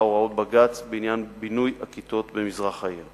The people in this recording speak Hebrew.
הוראות בג"ץ בעניין בינוי הכיתות במזרח העיר.